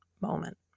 moment